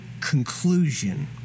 conclusion